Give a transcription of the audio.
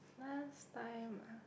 last time ah